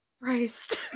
Christ